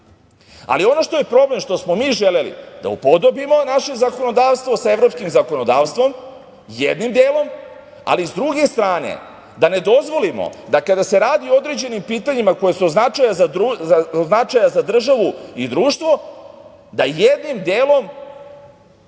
ono što je problem, što smo mi želeli, da upodobimo naše zakonodavstvo sa evropskim zakonodavstvom, jednim delom, ali sa druge strane da ne dozvolimo da kada se radi o određenim pitanjima koji su od značaja za državu i društvo, da jednim delom,